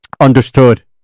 understood